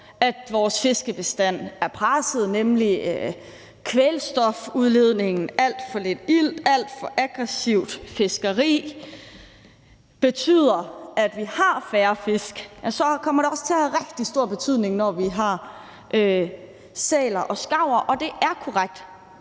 at vores fiskebestand er presset, nemlig kvælstofudledningen, alt for lidt ilt, alt for aggressivt fiskeri, som betyder, at vi har færre fisk, kommer det også til at have rigtig stor betydning, at vi har sæler og skarver. Det er korrekt,